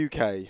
UK